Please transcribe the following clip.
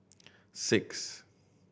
six